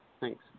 Thanks